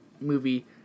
movie